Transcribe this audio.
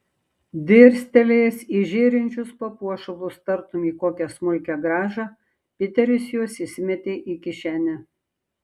dirstelėjęs į žėrinčius papuošalus tartum į kokią smulkią grąžą piteris juos įsimetė į kišenę